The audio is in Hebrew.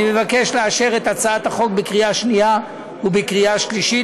אני מבקש לאשר את הצעת החוק בקריאה שנייה ובקריאה שלישית.